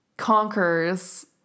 Conquers